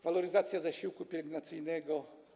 Waloryzacja zasiłku pielęgnacyjnego.